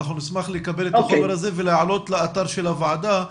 אנחנו נשמח לקבל את החומר הזה ולהעלות לאתר של הוועדה.